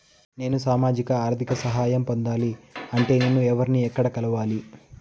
నేను సామాజిక ఆర్థిక సహాయం పొందాలి అంటే నేను ఎవర్ని ఎక్కడ కలవాలి?